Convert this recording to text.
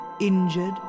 injured